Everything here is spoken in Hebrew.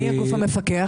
מי הגוף המפקח?